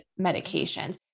medications